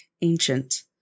ancient